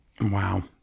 Wow